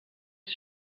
ist